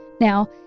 Now